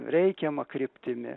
reikiama kryptimi